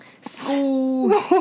school